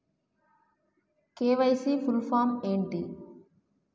KYC full form ఏంటి?